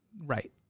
right